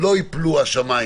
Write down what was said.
לא ייפלו השמיים